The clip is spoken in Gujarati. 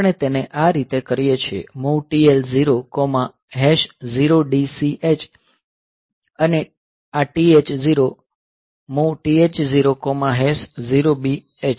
આપણે તેને આ રીતે કરીએ છીએ MOV TL00DCH અને આ TH0 MOV TH00BH